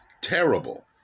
terrible